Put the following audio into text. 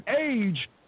age –